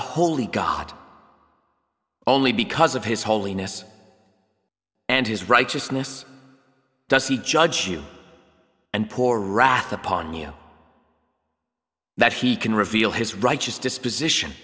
holy god only because of his holiness and his righteousness does he judge you and poor wrath upon you that he can reveal his righteous disposition